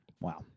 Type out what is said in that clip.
Wow